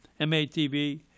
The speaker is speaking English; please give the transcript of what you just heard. MATV